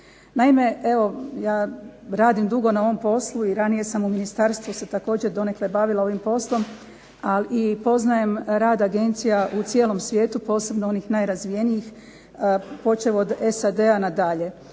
Naime evo ja radim dugo na ovom poslu, i ranije sam u ministarstvu se također donekle bavila ovim poslom, i poznajem rad agencija u cijelom svijetu, posebno onih najrazvijenijih, počev od SAD-a nadalje.